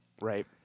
Right